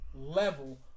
level